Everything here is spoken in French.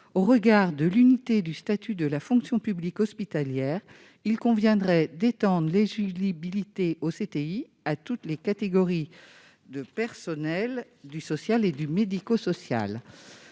Au regard de l'unité du statut de la fonction publique hospitalière, il conviendrait d'étendre l'éligibilité au CTI à toutes les catégories de personnels du social et du médico-social.